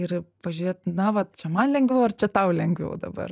ir pažiūrėt na vat čia man lengviau ar čia tau lengviau dabar